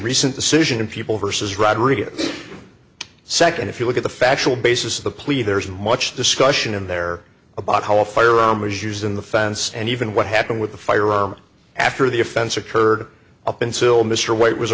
recent decision in people versus rodriguez second if you look at the factual basis of the plea there's much discussion in there about how a firearm was used in the fence and even what happened with the firearm after the offense occurred up until mr white was